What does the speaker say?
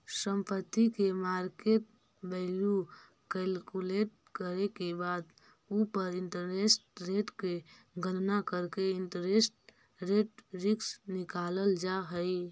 संपत्ति के market value calculate करे के बाद उ पर इंटरेस्ट रेट के गणना करके इंटरेस्ट रेट रिस्क निकालल जा हई